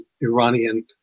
Iranian